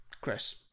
Chris